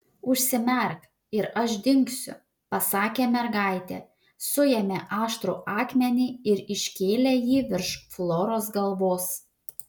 užsimerk ir aš dingsiu pasakė mergaitė suėmė aštrų akmenį ir iškėlė jį virš floros galvos